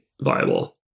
viable